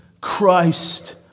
Christ